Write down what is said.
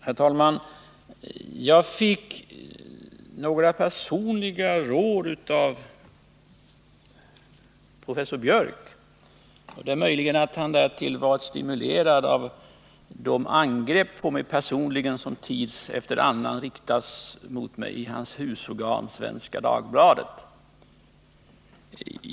Herr talman! Jag fick några personliga råd av professor Gunnar Biörck. Det är möjligt att han därtill var stimulerad av de angrepp som tid efter annan riktats mot min person i hans husorgan Svenska Dagbladet.